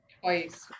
twice